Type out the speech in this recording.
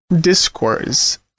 discourse